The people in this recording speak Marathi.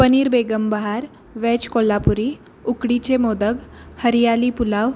पनीर बेगम बहार वेज कोल्हापुरी उकडीचे मोदक हरियाली पुलाव